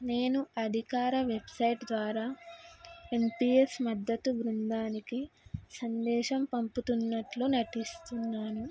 నేను అధికార వెబ్సైట్ ద్వారా ఎన్పిఎస్ మద్దతు బృందానికి సందేశం పంపుతున్నట్లు నటిస్తున్నాను